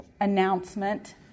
announcement